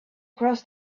cross